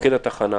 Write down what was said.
מפקד התחנה.